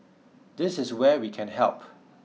this is where we can help